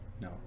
no